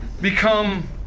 become